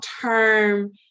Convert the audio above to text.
term